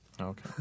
Okay